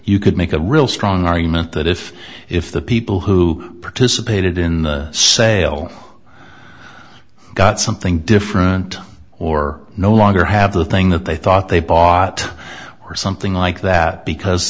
you could make a real strong argument that if if the people who participated in the sale got something different or no longer have the thing that they thought they bought or something like that because